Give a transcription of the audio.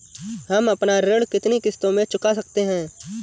हम अपना ऋण कितनी किश्तों में चुका सकते हैं?